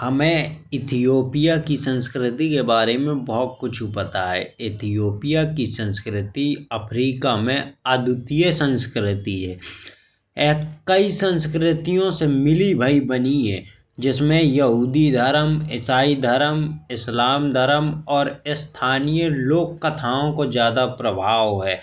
हमे इथियोपिया की संस्कृति के बारे में बहुत कुछु पता है। इथियोपिया की संस्कृति अफ्रीका में अद्वितीय संस्कृति है। यह कई संस्कृतियों से मिली भाई बनी है इसमें यहूदी धर्म। इसाई धर्म, इस्लाम धर्म और स्थानीय लोक कथाओं का ज़्यादा प्रभाव है।